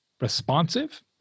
responsive